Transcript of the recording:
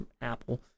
apple